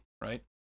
right